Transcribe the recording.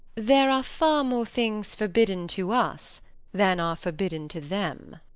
there are far more things forbidden to us than are forbidden to them.